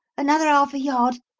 another arf a yard.